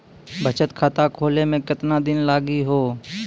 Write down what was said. बचत खाता खोले मे केतना दिन लागि हो?